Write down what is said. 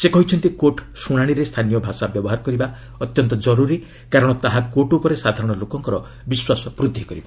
ସେ କହିଛନ୍ତି କୋର୍ଟ ଶୁଣାଣିରେ ସ୍ଥାନୀୟ ଭାଷା ବ୍ୟବହାର କରିବା ଅତ୍ୟନ୍ତ କରୁରୀ କାରଣ ତାହା କୋର୍ଟ ଉପରେ ସାଧାରଣ ଲୋକଙ୍କ ବିଶ୍ୱାସ ବୃଦ୍ଧି କରିବ